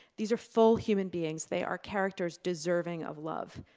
these are full human beings they are characters deserving of love.